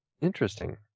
Interesting